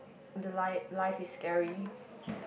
the li~ life is scary